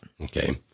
Okay